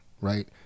Right